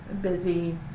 busy